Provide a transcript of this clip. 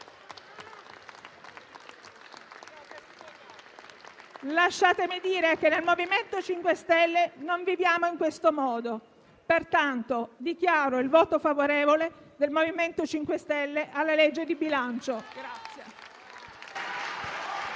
Lasciatemi dire che nel MoVimento 5 Stelle non viviamo in questo modo. Pertanto, dichiaro il voto favorevole del MoVimento 5 Stelle al disegno di legge di bilancio.